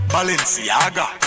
Balenciaga